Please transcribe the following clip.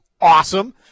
awesome